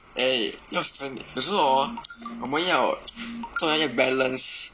eh 要省有时候 orh 我们要做那些 balance